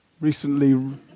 recently